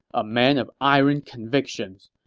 a man of iron convictions,